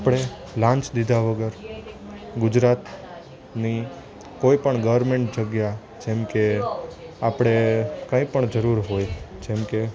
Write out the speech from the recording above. આપણે લાંચ લીધા વગર ગુજરાતની કોઈ પણ ગવર્નમેંટ જગ્યા જેમકે આપણે કંઈ પણ જરૂર હોય જેમકે